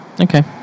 okay